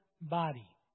body